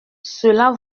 cela